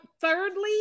Thirdly